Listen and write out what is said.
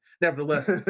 nevertheless